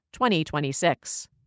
2026